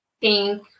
pink